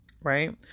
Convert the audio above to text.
right